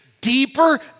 Deeper